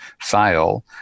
fail